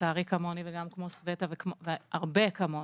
לצערי כמוני וגם כמו סבטה והרבה אחרים,